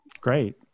Great